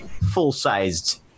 full-sized